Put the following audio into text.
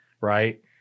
right